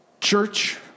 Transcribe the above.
Church